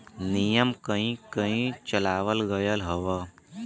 नियम कहीं कही चलावल गएल हौ